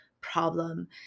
problem